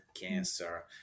cancer